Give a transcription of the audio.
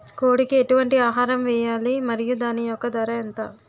కోడి కి ఎటువంటి ఆహారం వేయాలి? మరియు దాని యెక్క ధర ఎంత?